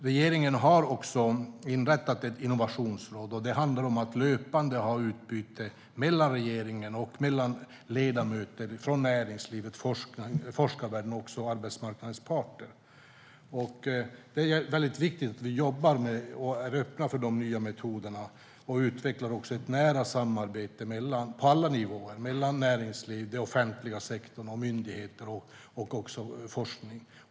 Regeringen har också inrättat ett innovationsråd. Det handlar om att löpande ha utbyte mellan regeringen, näringslivet, forskarvärlden och arbetsmarknadens parter. Det är viktigt att vi jobbar med och är öppna för de nya metoderna och utvecklar ett nära samarbete på alla nivåer mellan näringslivet, den offentliga sektorn, myndigheter och forskning.